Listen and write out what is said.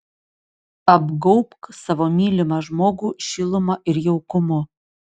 apgaubk savo mylimą žmogų šiluma ir jaukumu